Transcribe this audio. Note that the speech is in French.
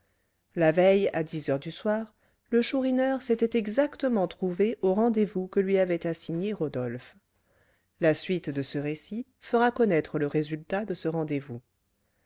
la veille à dix heures du soir le chourineur s'était exactement trouvé au rendez-vous que lui avait assigné rodolphe la suite de ce récit fera connaître le résultat de ce rendez-vous